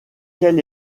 quel